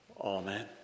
Amen